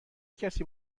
کسی